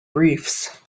briefs